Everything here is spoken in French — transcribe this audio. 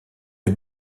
est